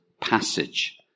passage